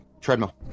treadmill